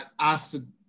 asked